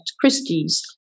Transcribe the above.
Christie's